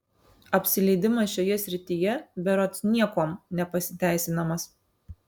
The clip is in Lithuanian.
apsileidimas šioje srityje berods niekuom nepasiteisinamas